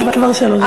אבל כבר שלוש דקות.